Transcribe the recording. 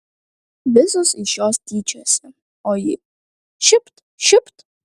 visos iš jos tyčiojasi o ji šypt šypt